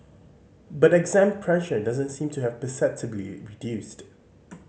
but exam pressure doesn't seem to have perceptibly reduced